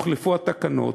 יוחלפו התקנות.